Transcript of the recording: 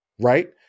right